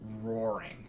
roaring